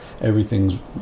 Everything's